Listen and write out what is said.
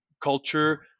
culture